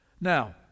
Now